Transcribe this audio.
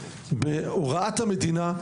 בהוראת המדינה,